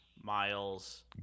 Miles